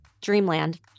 dreamland